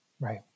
Right